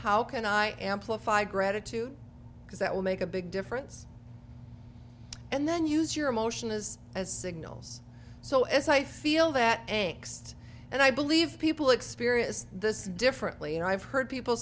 how can i am plus five gratitude because that will make a big difference and then use your emotion as as signals so as i feel that aches and i believe people experience this differently and i've heard people